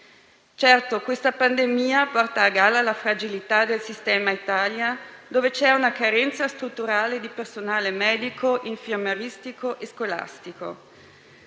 Certo, la pandemia porta a galla la fragilità del sistema Italia, che vede una carenza strutturale di personale, medico, infermieristico e scolastico.